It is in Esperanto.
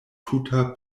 tuta